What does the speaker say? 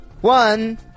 One